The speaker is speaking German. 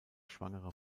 schwangere